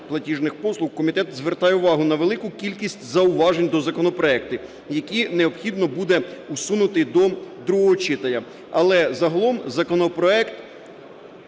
платіжних послуг, комітет звертає увагу на велику кількість зауважень до законопроекту, які необхідно буде усунути до другого читання. Але загалом законопроект